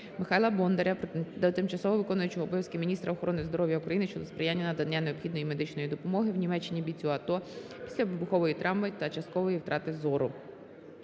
Михайла Бондаря до тимчасово виконуючої обов'язки міністра охорони здоров'я України щодо сприяння надання необхідної медичної допомоги в Німеччині бійцю АТО після вибухової травми та часткової втрати зору.